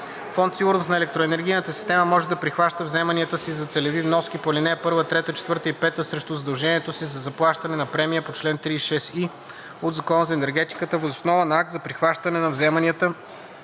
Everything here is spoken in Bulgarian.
Фонд „Сигурност на електроенергийната система“ може да прихваща вземанията си за целеви вноски по ал. 1, 3, 4 и 5 срещу задължението си за заплащане на премия по чл. 36и от Закона за енергетиката въз основа на акт за прихващане на вземанията,